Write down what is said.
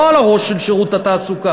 לא על הראש של שירות התעסוקה.